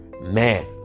man